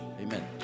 Amen